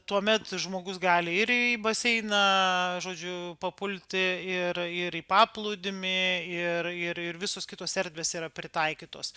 tuomet žmogus gali ir į baseiną žodžiu papulti ir ir į paplūdimį ir ir visos kitos erdvės yra pritaikytos